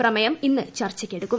പ്രമേയം ഇന്ന് ചർച്ചയ്ക്കെട്ടുക്കും